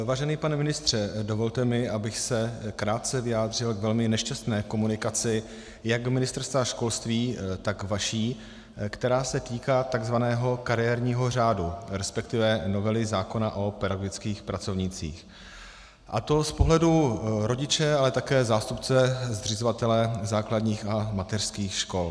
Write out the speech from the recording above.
Vážený pane ministře, dovolte mi, abych se krátce vyjádřil k velmi nešťastné komunikaci jak Ministerstva školství, tak vaší, která se týká takzvaného kariérního řádu, resp. novely zákona o pedagogických pracovnících, a to z pohledu rodiče, ale také zástupce zřizovatele základních a mateřských škol.